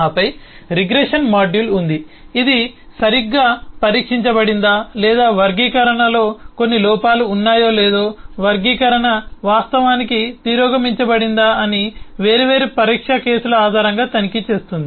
ఆపై regression module ఉంది ఇది సరిగ్గా పరీక్షించబడిందా లేదా వర్గీకరణలో కొన్ని లోపాలు ఉన్నాయో లేదో వర్గీకరణ వాస్తవానికి తిరోగమించబడిందా అని వేర్వేరు పరీక్ష కేసుల ఆధారంగా తనిఖీ చేస్తుంది